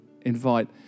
invite